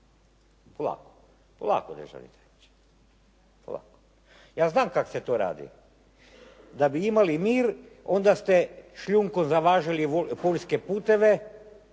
… polako. Ja znam kako se to radi. Da bi imali mir, onda ste šljunkom zavažili poljske puteve